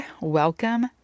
Welcome